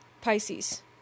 Pisces